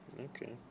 Okay